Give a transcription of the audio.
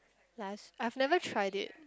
plus I've never tried it